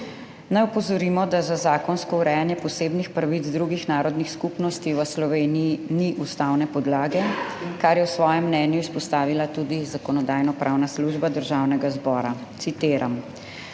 Naj opozorimo, da za zakonsko urejanje posebnih pravic drugih narodnih skupnosti v Sloveniji ni ustavne podlage, kar je v svojem mnenju izpostavila tudi Zakonodajno-pravna služba Državnega zbora. Citiram: